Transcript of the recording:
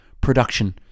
production